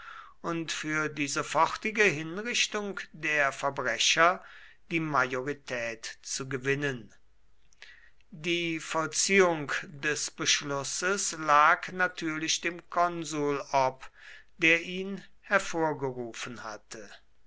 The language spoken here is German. und für die sofortige hinrichtung der verbrecher die majorität zu gewinnen die vollziehung des beschlusses lag natürlich dem konsul ob der ihn hervorgerufen hatte